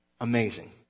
amazing